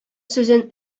сүзен